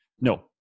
no